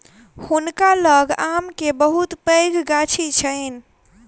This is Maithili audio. हुनका लग आम के बहुत पैघ गाछी छैन